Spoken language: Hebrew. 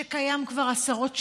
שקיים כבר עשרות שנים,